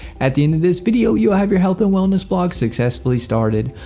at the end of this video, you will have your health and wellness blog successfully started.